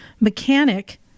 mechanic